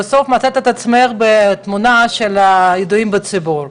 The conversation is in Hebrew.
ובסוף מצאת את עצמך בתמונה של הידועים בציבור.